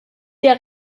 der